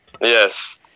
Yes